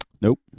Nope